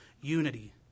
unity